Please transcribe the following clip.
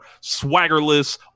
swaggerless